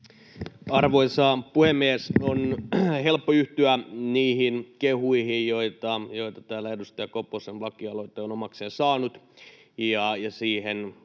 Arvoisa puhemies! On helppo yhtyä niihin kehuihin, joita edustaja Koposen lakialoite on täällä osakseen saanut,